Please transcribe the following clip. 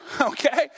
okay